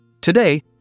Today